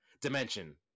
dimension